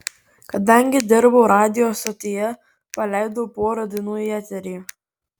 kadangi dirbau radijo stotyje paleidau porą dainų į eterį